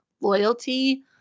loyalty